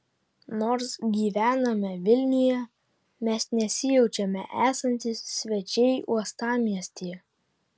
nors gyvename vilniuje mes nesijaučiame esantys svečiai uostamiestyje